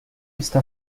está